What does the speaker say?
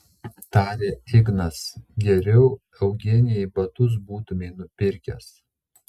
tarė ignas geriau eugenijai batus būtumei nupirkęs